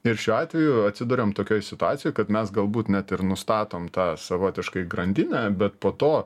ir šiuo atveju atsiduriam tokioj situacijoj kad mes galbūt net ir nustatom tą savotiškai grandinę bet po to